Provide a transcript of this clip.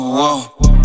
whoa